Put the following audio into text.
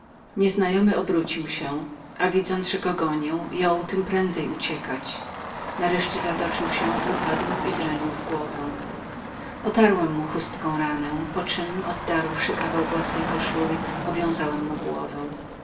nieznajomy obrócił się a widząc że goniłem go jął tem prędzej uciekać nareszcie zatoczył się upadł i zranił się w głowę otarłem mu chustką ranę poczem oddarłszy kawał własnej koszuli owiązałem mu głowę